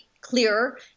clearer